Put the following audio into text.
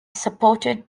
supported